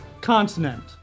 continent